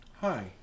Hi